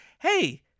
Hey